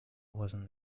wasn’t